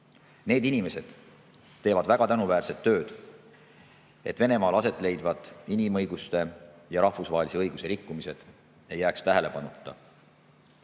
Need inimesed teevad tänuväärset tööd, et Venemaal aset leidvad inimõiguste ja rahvusvahelise õiguse rikkumised ei jääks tähelepanuta.